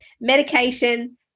medication